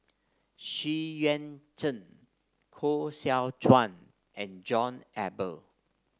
Xu Yuan Zhen Koh Seow Chuan and John Eber